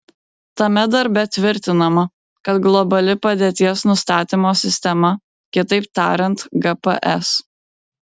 tame darbe tvirtinama kad globali padėties nustatymo sistema kitaip tariant gps